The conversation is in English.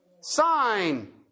sign